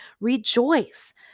Rejoice